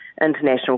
international